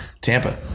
Tampa